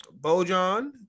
Bojan